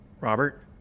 Robert